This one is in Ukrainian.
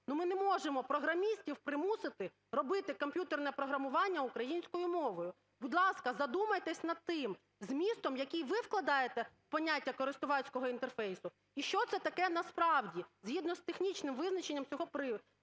ми не можемо програмістів примусити робити комп'ютерне програмування українською мовою. Будь ласка, задумайтесь над тим змістом, який ви вкладаєте в поняття користувацького інтерфейсу і що це таке насправді згідно з технічним визначенням цього приладу.